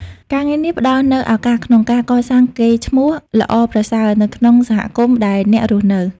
ការងារនេះផ្តល់នូវឱកាសក្នុងការកសាងកេរ្តិ៍ឈ្មោះល្អប្រសើរនៅក្នុងសហគមន៍ដែលអ្នករស់នៅ។